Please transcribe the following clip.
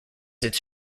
its